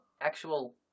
actual